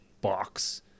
box